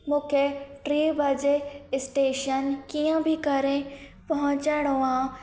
मुखे टे वजे स्टेशन कीअं बि करे पहुचणो आहे